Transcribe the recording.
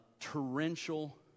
torrential